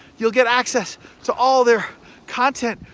you'll get access to all their content,